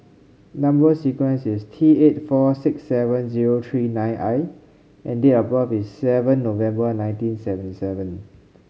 number sequence is T eight four six seven zero three nine I and date of birth is seven November nineteen seventy seven